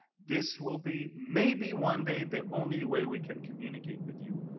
this will be, maybe one day, the only way we can communicate with you